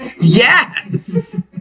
Yes